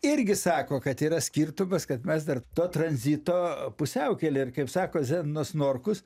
irgi sako kad yra skirtumas kad mes dar to tranzito pusiaukelėj ir kaip sako zenonas norkus